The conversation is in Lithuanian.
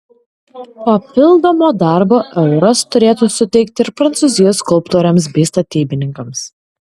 papildomo darbo euras turėtų suteikti ir prancūzijos skulptoriams bei statybininkams